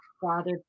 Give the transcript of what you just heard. father